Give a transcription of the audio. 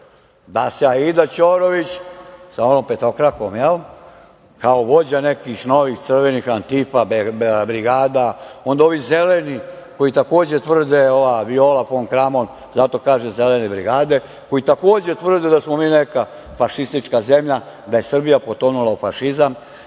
da se Aida Ćorović sa onom petokrakom, kao vođa nekih novih crvenih antipa brigada, onda ovi zeleni koji takođe tvrde, ova Viola fon Kramon, zato kažem zelene brigade, koji takođe tvrde da smo mi neka fašistička zemlja, da je Srbija potonula u fašizam,